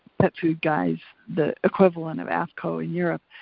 pet food guys, the equivalent of aafco in europe,